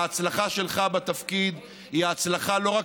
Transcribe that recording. ההצלחה שלך בתפקיד היא ההצלחה לא רק